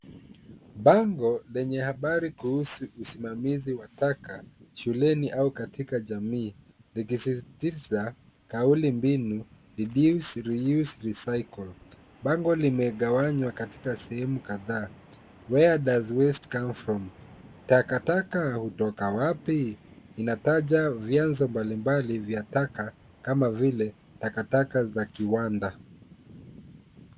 Bango lenye habari kuhusu usimamizi wa taka shuleni au katika jamii, likisisitiza kauli mbinu, reduce, reuse, recycle . Bango limegawanywa katika sehemu kadhaa, where does waste come from? , takataka hutoka wapi? Inataja vyanzo mbalimbali vya taka kama vile, takataka za kiwanda.